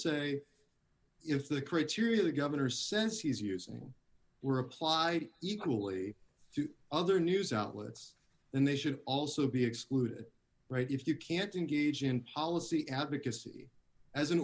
say if the criteria that governor says he's using were applied equally to other news outlets then they should also be excluded right if you can't engage in policy advocacy as an